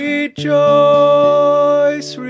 Rejoice